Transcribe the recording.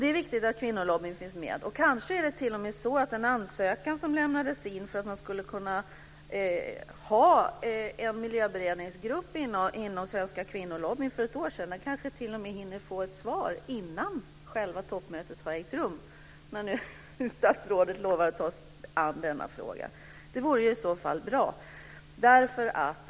Det är viktigt att kvinnolobbyn finns med. Kanske blir det t.o.m. så att den ansökan som för ett år sedan lämnades in om inrättande av en miljöberedningsgrupp inom den svenska kvinnolobbyn hinner få ett svar innan toppmötet har ägt rum, nu när statsrådet lovar att ta sig an denna fråga. Det vore i så fall bra.